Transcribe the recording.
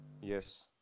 Yes